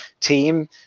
team